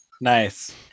Nice